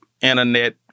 internet